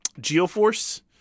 Geoforce